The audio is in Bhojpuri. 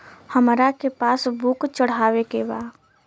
हमरा के पास बुक चढ़ावे के बा?